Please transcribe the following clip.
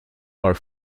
are